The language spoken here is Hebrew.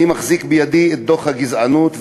אני מחזיק בידי את דוח הגזענות,